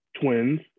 twins